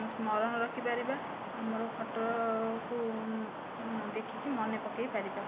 ସ୍ମରଣ ରଖିପାରିବା ଆମର ଫଟୋକୁ ଦେଖିକି ମନେ ପକାଇପାରିବା